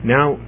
Now